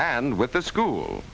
and with the school